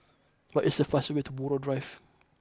what is the fastest way to Buroh Drive